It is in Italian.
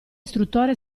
istruttore